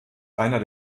einer